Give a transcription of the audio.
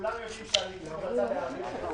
זה רק מראה שאנחנו מאוחדים כולם בעד מטרה אחת.